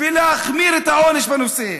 ולהחמיר את העונש בנושא.